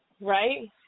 right